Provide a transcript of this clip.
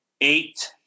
eight